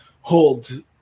hold